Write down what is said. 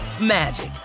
magic